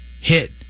hit